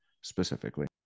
specifically